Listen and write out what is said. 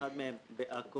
אחת מהן בעכו,